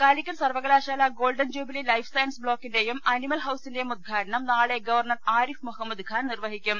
കലിക്കറ്റ് സർവകലാശാല golden jubilee life science ബ്ലോക്കിന്റെയും animal ഹൌസിന്റെയും ഉദ്ഘാടനം നാളെ ഗവർണർ ആരിഫ് മുഹമ്മദ്ഖാൻ നിർവ്വഹിക്കും